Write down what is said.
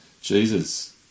Jesus